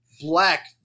Black